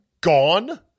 gone